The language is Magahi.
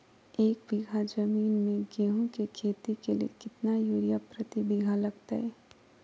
एक बिघा जमीन में गेहूं के खेती के लिए कितना यूरिया प्रति बीघा लगतय?